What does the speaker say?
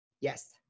yes